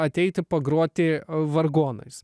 ateiti pagroti vargonais